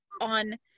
on